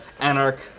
anarch